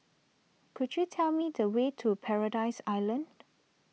could you tell me the way to Paradise Island